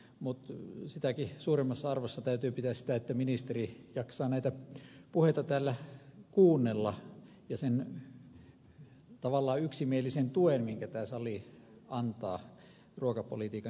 mutta sitäkin suuremmassa arvossa täytyy pitää sitä että ministeri jaksaa näitä puheita täällä kuunnella ja sen tavallaan yksimielisen tuen minkä tämä sali antaa ruokapolitiikan jatkuvuudelle ottaa tietenkin vastaan